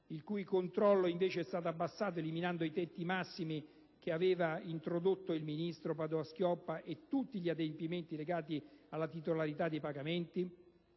il cui controllo invece è stato abbassato eliminando i tetti massimi che aveva introdotto il ministro Padoa-Schioppa e tutti gli adempimenti legati alla titolarità dei pagamenti?